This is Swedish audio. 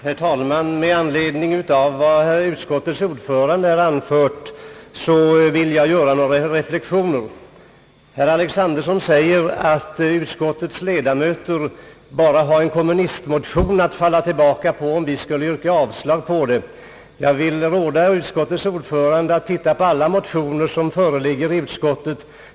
Herr talman! Med anledning av vad utskottets ordförande här anfört vill jag göra några reflexioner. Herr Alexanderson säger, att utskottets socialdemokratiska ledamöter bara har en kommunistmotion att falla tillbaka på, om man skulle yrka avslag på det hela. Jag vill råda utskottets ordförande att se på alla motioner som föreligger i utskottet.